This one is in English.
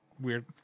weird